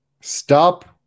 stop